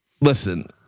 listen